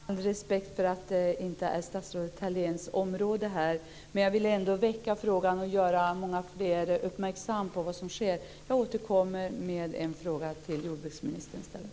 Fru talman! Jag har all respekt för att det här inte är statsrådet Thaléns område, men jag ville ändå väcka frågan och göra fler uppmärksamma på vad som sker. Jag återkommer med en fråga till jordbruksministern i stället.